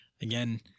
Again